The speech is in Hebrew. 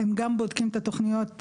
הם גם בודקים את תוכניות העבודה,